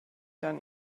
dann